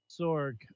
Sorg